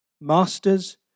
Masters